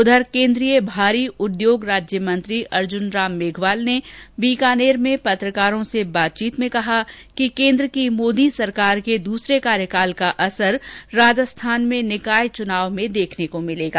उधर केन्द्रीय भारी उद्योग राज्य मंत्री अर्जुन राम मेघवाल ने बीकानेर में पत्रकारों से बातचीत में कहा कि केन्द्र की मोदी सरकार के दूसरे कार्यकाल का असर राजस्थान में निकाय चुनाव में देखने को मिलेगा